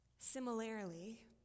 Similarly